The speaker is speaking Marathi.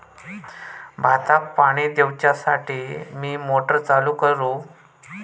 भाताक पाणी दिवच्यासाठी मी मोटर चालू करू?